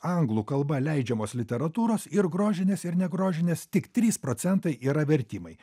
anglų kalba leidžiamos literatūros ir grožinės ir negrožinės tik trys procentai yra vertimai